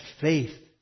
faith